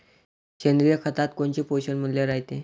सेंद्रिय खतात कोनचे पोषनमूल्य रायते?